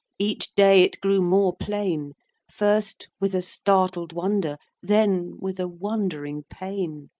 each day it grew more plain first with a startled wonder, then with a wondering pain.